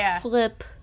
flip